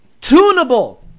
tunable